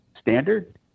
standard